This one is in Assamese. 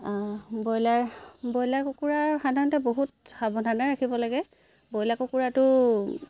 ব্ৰয়লাৰ ব্ৰয়লাৰ কুকুৰাৰ সাধাৰণতে বহুত সাৱধানে ৰাখিব লাগে ব্ৰয়লাৰ কুকুৰাটো